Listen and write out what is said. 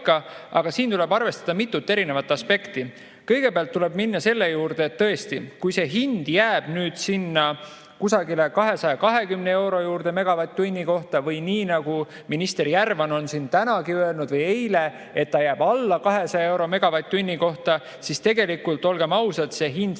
aga siin tuleb arvestada mitut erinevat aspekti. Kõigepealt tuleb minna selle juurde, et tõesti, kui see hind jääb sinna kusagile 220 euro juurde megavatt-tunni kohta – minister Järvan on siin täna või eile öelnud, et see jääb alla 200 euro megavatt-tunni kohta –, siis tegelikult, olgem ausad, see hind